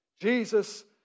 Jesus